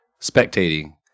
spectating